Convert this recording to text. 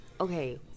Okay